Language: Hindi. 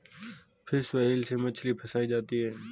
फिश व्हील से मछली फँसायी जाती है